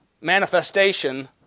manifestation